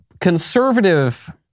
conservative